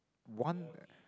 one